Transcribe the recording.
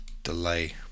delay